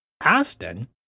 Aston